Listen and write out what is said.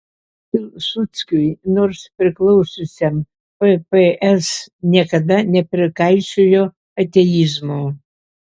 pilsudskiui nors priklausiusiam pps niekada neprikaišiojo ateizmo